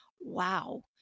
wow